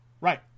Right